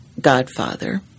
Godfather